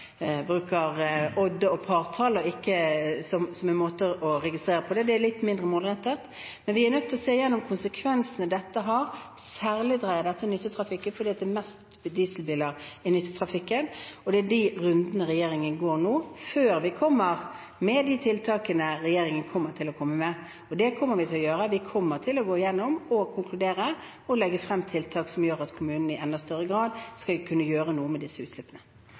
og partall som en måte å registrere på. Det er litt mindre målrettet, men vi er nødt til å se igjennom konsekvensene dette har. Særlig dreier dette seg om nyttetrafikken, fordi det er mest dieselbiler i nyttetrafikken. Det er de rundene regjeringen går nå før vi legger frem de tiltakene vi kommer med. Det kommer vi til å gjøre. Vi vil gå igjennom dette og konkludere og så legge frem tiltak som gjør at kommunene i enda større grad skal kunne gjøre noe med disse utslippene.